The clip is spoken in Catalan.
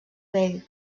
vell